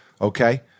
Okay